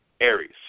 Aries